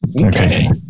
okay